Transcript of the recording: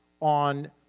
on